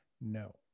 No